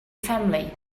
family